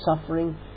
suffering